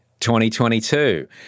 2022